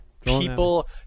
People